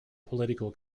political